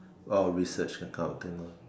or research that kind of thing lor